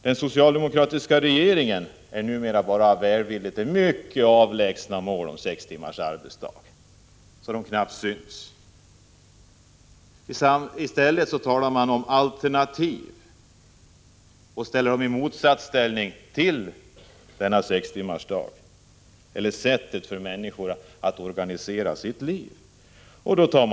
Den socialdemokratiska regeringen är numera välvilligt inställd bara till ytterst avlägsna mål om sex timmars arbetsdag — dessa mål är så avlägsna att de knappast syns. I stället talar regeringen om alternativ till en reform när det gäller sextimmarsdagen som kan möjliggöra för människor att på ett annat sätt organisera sina liv.